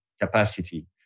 Capacity